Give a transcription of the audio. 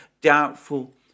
doubtful